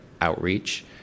outreach